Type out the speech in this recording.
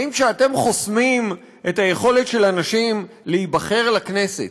האם כשאתם חוסמים את היכולת של אנשים להיבחר לכנסת,